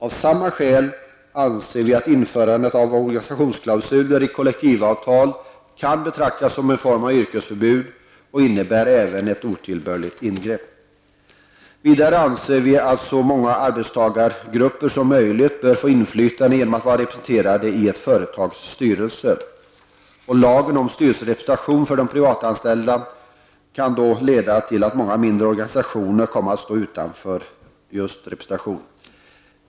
Av samma skäl anser vi att införande av organisationsklausuler i kollektivavtal kan betraktas som en form av yrkesförbud och även innebär ett otillbörligt ingrepp. Vidare anser vi att så många arbetstagargrupper som möjligt bör få inflytande genom att vara representerade i ett företags styrelse. Lagen om styrelserepresentation för de privatanställda kan då leda till att många mindre organisationer kommer att stå utanför representationen.